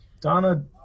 Donna